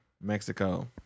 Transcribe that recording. Mexico